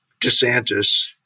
DeSantis